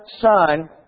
Son